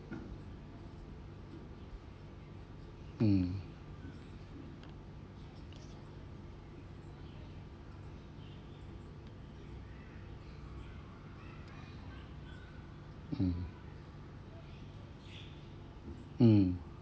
mm mm mm